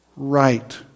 Right